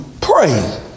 pray